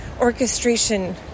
orchestration